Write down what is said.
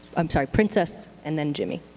i'm sorry, princess, and then jimmy.